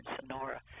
Sonora